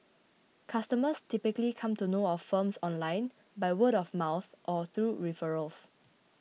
customers typically come to know of the firms online by word of mouth or through referrals